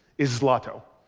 is zlto,